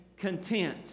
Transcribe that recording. content